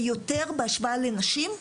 יותר בהשוואה לנשים,